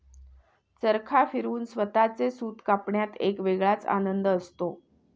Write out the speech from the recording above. चरखा फिरवून स्वतःचे सूत कापण्यात एक वेगळाच आनंद असतो